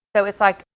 so it's like,